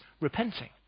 repenting